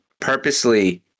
purposely